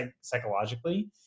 psychologically